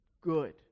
good